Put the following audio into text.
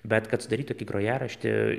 bet kad sudaryt tokį grojaraštį